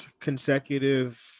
consecutive